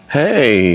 hey